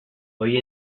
hoy